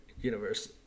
universe